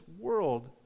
world